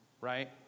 right